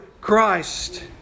Christ